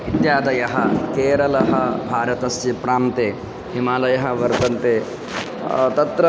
इत्यादयः केरले भारतस्य प्रान्ते हिमालयः वर्तन्ते तत्र